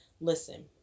listen